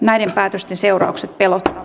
näiden päätösten seuraukset pelottavat